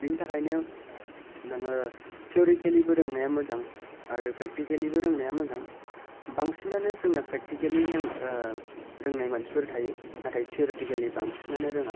बिनि थाखायनो नोङो टिउरिटिकेलिबो रोंनाया मोजां आरो प्रेकटिकेलिबो रोंनाया मोजां बांसिनानो जोंना प्रेकटिकेलि ओ रोंनाय मानसिफोर थायो नाथाय टिउरिटिकेलि बांसिनानो रोङा